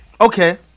Okay